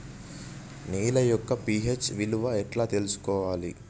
నేల యొక్క పి.హెచ్ విలువ ఎట్లా తెలుసుకోవాలి?